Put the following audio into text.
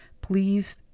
Please